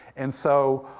and so,